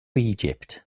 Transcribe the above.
egypt